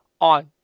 on